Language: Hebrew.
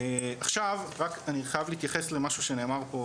עכשיו רק אני חייב להתייחס למשהו שנאמר פה